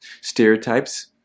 Stereotypes